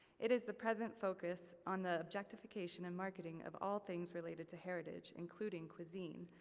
it is the present focus on the objectification and marketing of all things related to heritage, including cuisine,